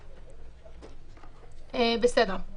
בסדר.